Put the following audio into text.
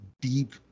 deep